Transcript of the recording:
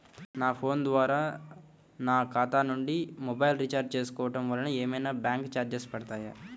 నా ఫోన్ ద్వారా నా ఖాతా నుండి మొబైల్ రీఛార్జ్ చేసుకోవటం వలన ఏమైనా బ్యాంకు చార్జెస్ పడతాయా?